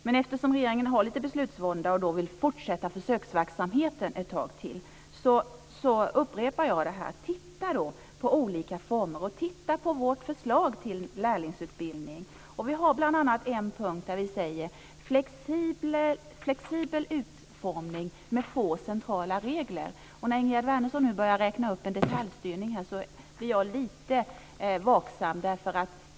Men eftersom regeringen har lite beslutsvånda och vill fortsätta försöksverksamheten ett tag till upprepar jag det som jag sade: Titta på olika former och titta på vårt förslag till lärlingsutbildning! Vi har bl.a. en punkt som säger att det ska vara flexibel utformning med få centrala regler. När Ingegerd Wärnersson nu talar om detaljstyrning blir jag lite vaksam.